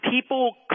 people